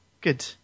good